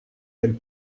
ailes